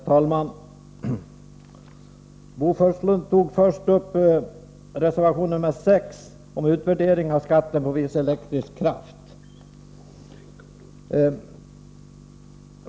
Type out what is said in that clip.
Herr talman! Bo Forslund tog först upp reservation 6 om utvärdering av skatten på viss elektrisk kraft.